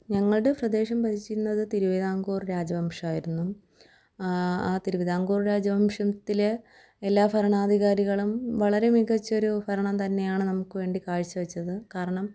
ഞങ്ങളുടെ പ്രദേശം ഭരിച്ചിരുന്നത് തിരുവിതാംകൂർ രാജവംശമായിരുന്നു തിരുവിതാംകൂർ രാജവംശത്തിൽ എല്ലാ ഭരണാധികാരികളും വളരെ മികച്ചൊരു ഭരണം തന്നെയാണ് നമുക്ക് വേണ്ടി കാഴ്ച വെച്ചതു കാരണം